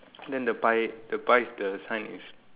then the pie the pie the sign is